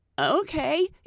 okay